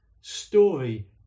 story